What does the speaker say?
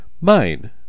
Mine